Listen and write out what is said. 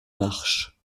marche